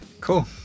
Cool